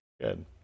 Good